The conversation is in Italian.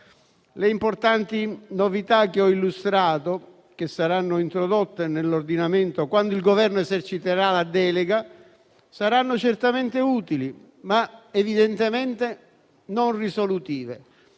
Le importanti novità che ho illustrato e che saranno introdotte nell'ordinamento quando il Governo esercita la delega, saranno certamente utili, ma evidentemente non risolutive.